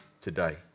today